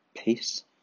peace